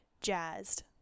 jazzed